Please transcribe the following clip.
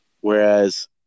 whereas